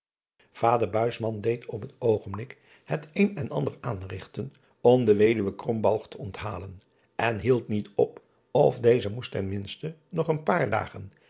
ader deed op het oogenblik het een en ander aanrigten om de weduwe te onthalen en hield niet op of deze moest ten minste nog een paar dagen